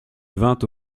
vint